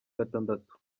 gatandatu